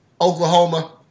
Oklahoma